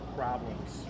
problems